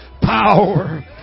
power